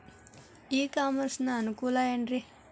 E commerce ನ ಅನುಕೂಲವೇನ್ರೇ?